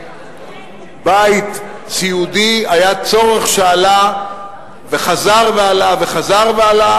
לבית סיעודי היה צורך שעלה וחזר ועלה וחזר ועלה,